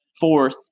fourth